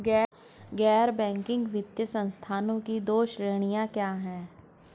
गैर बैंकिंग वित्तीय संस्थानों की दो श्रेणियाँ क्या हैं?